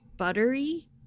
buttery